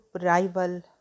rival